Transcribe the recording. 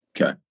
Okay